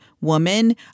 woman